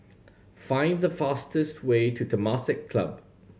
find the fastest way to Temasek Club